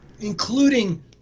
including